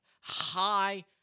High